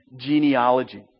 genealogy